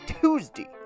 Tuesday